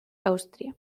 austria